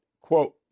quote